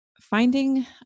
finding